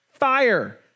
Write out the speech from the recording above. Fire